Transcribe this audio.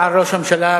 או כשטח שנתון תחת כיבוש,